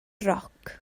roc